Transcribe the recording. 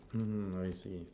mm I see